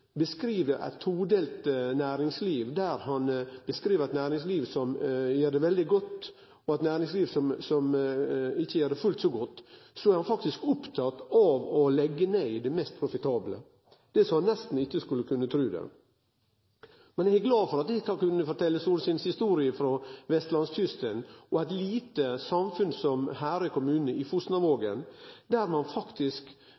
beskriv eit todelt næringsliv, beskriv han eit næringsliv som gjer det veldig godt, og eit næringsliv som ikkje gjer det fullt så godt, og så er han faktisk oppteken av å leggje ned det mest profitable. Det er så ein nesten ikkje skulle kunne tru det! Men eg er glad for at eg kan fortelje solskinshistorier frå vestlandskysten og eit lite samfunn som Herøy kommune i